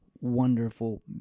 wonderful